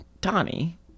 Donnie